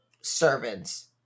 servants